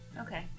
Okay